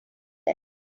left